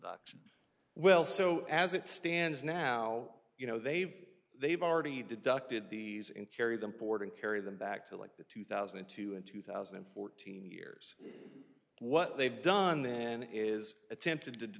auction well so as it stands now you know they've they've already deducted these and carry them forward and carry them back to like the two thousand and two and two thousand and fourteen years what they've done then is attempted to